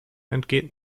entgeht